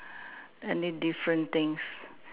any different things